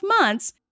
months